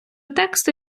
тексту